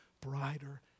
brighter